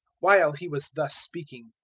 while he was thus speaking,